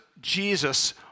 Jesus